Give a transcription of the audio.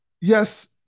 yes